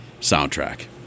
soundtrack